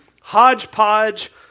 hodgepodge